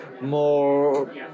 more